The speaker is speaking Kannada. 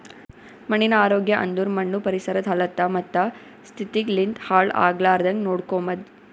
ಮಣ್ಣಿನ ಆರೋಗ್ಯ ಅಂದುರ್ ಮಣ್ಣು ಪರಿಸರದ್ ಹಲತ್ತ ಮತ್ತ ಸ್ಥಿತಿಗ್ ಲಿಂತ್ ಹಾಳ್ ಆಗ್ಲಾರ್ದಾಂಗ್ ನೋಡ್ಕೊಮದ್